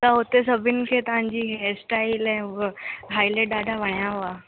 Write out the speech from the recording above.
त उते सभिनि खे तव्हांजी हेयर स्टाइल ऐं हूअ हाईलाइट ॾाढा वणिया हुआ